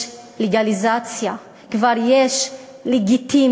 יש לגליזציה, כבר יש לגיטימיות